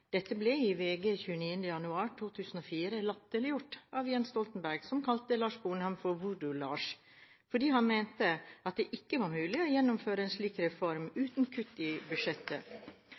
Dette ble i VG 29. januar 2004 latterliggjort av Jens Stoltenberg, som kalte Lars Sponheim for «Voodoo-Lars» fordi han mente at det ikke var mulig å gjennomføre en slik reform uten kutt i budsjettet.